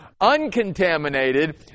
uncontaminated